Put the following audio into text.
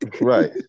right